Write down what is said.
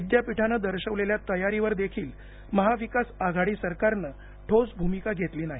विद्यापीठाने दर्शवलेल्या तयारीवर देखील महाविकास आघाडी सरकारने ठोस भूमिका घेतली नाही